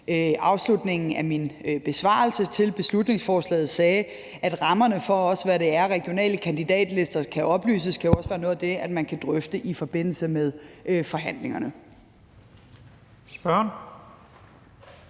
afslutningen af min besvarelse til beslutningsforslaget, hvor jeg sagde, at rammerne for, hvad regionale kandidatlister kan oplyse, også kan være noget af det, man kan drøfte i forbindelse med forhandlingerne.